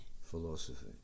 Philosophy